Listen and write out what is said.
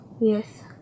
Yes